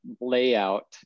layout